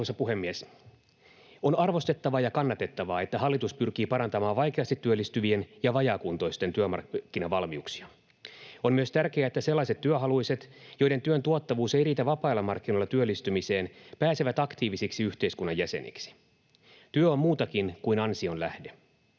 On arvostettavaa ja kannatettavaa, että hallitus pyrkii parantamaan vaikeasti työllistyvien ja vajaakuntoisten työmarkkinavalmiuksia. On myös tärkeää, että sellaiset työhaluiset, joiden työn tuottavuus ei riitä vapailla markkinoilla työllistymiseen, pääsevät aktiivisiksi yhteiskunnan jäseniksi. Työ on muutakin kuin ansion lähde.